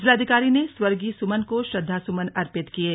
जिलाधिकारी ने स्वर्गीय सुमन को श्रद्धांसुमन अर्पित किये